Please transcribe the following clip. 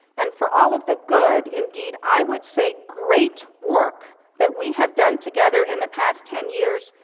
and for all of the good, indeed i would say great work that we have done together in the past ten years,